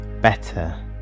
better